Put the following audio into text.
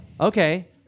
Okay